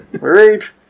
right